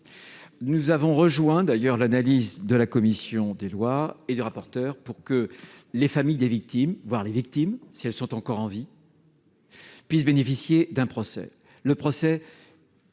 Nous avons d'ailleurs rejoint l'analyse de la commission des lois et du rapporteur afin que les familles des victimes, voire les victimes, si elles sont encore en vie, puissent bénéficier d'un procès, qui est